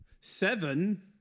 Seven